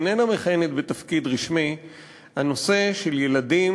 איננה מכהנת בתפקיד רשמי הנושא של ילדים,